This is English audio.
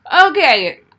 Okay